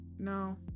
No